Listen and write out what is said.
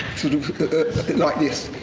sort of like this,